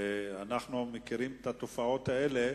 אנחנו מכירים את התופעות האלה,